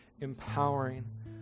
empowering